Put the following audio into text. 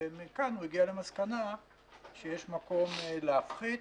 ומכאן הוא הגיע למסקנה שיש מקום להפחית,